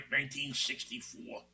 1964